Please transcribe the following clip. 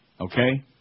Okay